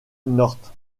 norte